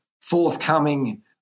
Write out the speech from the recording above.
forthcoming